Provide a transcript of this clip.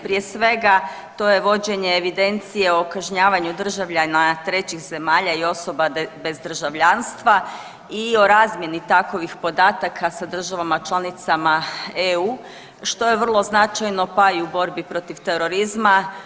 Prije svega to je vođenje evidencije o kažnjavanju državljana trećih zemalja i osoba bez državljanstva i o razmjeni takvih podataka sa državama članicama EU što je vrlo značajno pa i u borbi protiv terorizma.